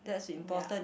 ya